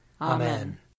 Amen